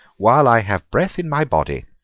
while i have breath in my body.